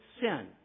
sin